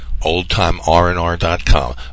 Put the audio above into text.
oldtimernr.com